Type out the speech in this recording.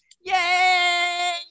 Yay